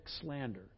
slander